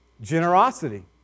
Generosity